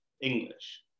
English